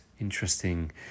interesting